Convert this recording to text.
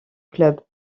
club